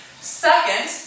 Second